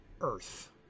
earth